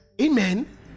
Amen